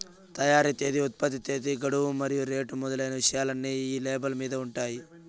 తయారీ తేదీ ఉత్పత్తి తేదీ గడువు మరియు రేటు మొదలైన విషయాలన్నీ ఈ లేబుల్ మీద ఉంటాయి